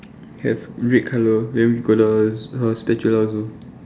have red colour then we've got the spatula there also